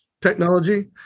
Technology